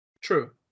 True